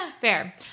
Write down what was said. Fair